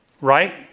right